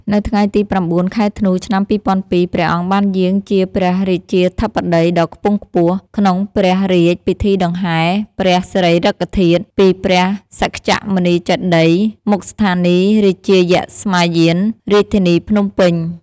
នៅថ្ងៃទី០៩ ខែធ្នូ ឆ្នាំ២០០២ ព្រះអង្គបានយាងជាព្រះរាជាធិបតីដ៏ខ្ពង់ខ្ពស់ ក្នុងព្រះរាជពិធីដង្ហែព្រះសារីរិកធាតុ ពីព្រះសក្យមុនីចេតិយ មុខស្ថានីយ៍រាជាយស្ម័យយានរាជធានីភ្នំពេញ។